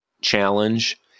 challenge